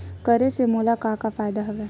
करे से मोला का का फ़ायदा हवय?